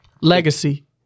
legacy